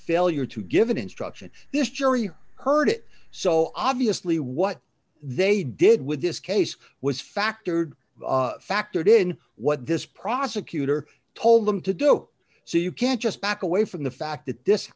failure to give an instruction this jury heard it so obviously what they did with this case was factored factored in what this prosecutor told them to do so you can't just back away from the fact that this